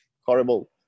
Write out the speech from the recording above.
horrible